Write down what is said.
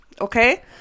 Okay